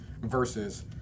versus